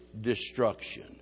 destruction